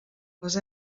les